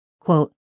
Quote